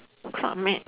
crowd